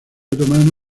otomano